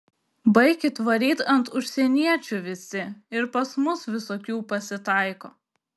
baikit varyt ant užsieniečių visi ir pas mus visokių pasitaiko